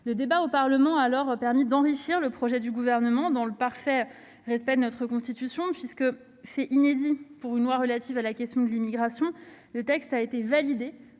Le débat au Parlement a permis d'enrichir le projet du Gouvernement dans le parfait respect de notre Constitution, puisque, fait inédit pour une loi relative à la question de l'immigration, le texte a été validé